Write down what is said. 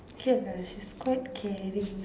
okay lah she's quite caring